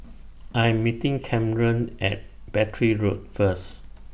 I'm meeting Camren At Battery Road First